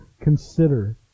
consider